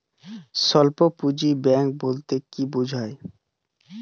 স্বল্প পুঁজির ব্যাঙ্ক বলতে কি বোঝায়?